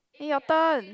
eh your turn